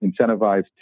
incentivized